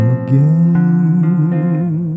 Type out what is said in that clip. again